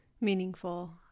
meaningful